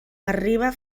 arriba